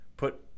Put